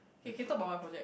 K K talk about my project